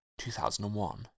2001